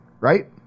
Right